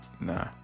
Nah